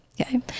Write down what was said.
Okay